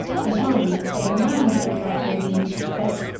and, mind, for the man to be trust-worthy in this respect,